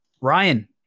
Ryan